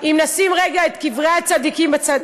אם נשים רגע את קברי הצדיקים בצד,